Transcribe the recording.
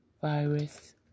virus